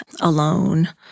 alone